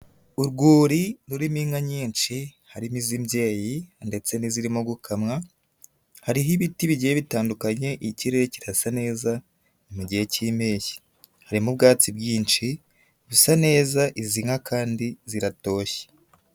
Urwuri rurimo inka nyinshi, harimo iz'imbyeyi ndetse n'izirimo gukamwa, hariho ibiti bigiye bitandukanye ikirere kirasa neza mu gihe cy'impeshyi. Harimo ubwatsi bwinshi busa neza izi nka kandi ziratoshye.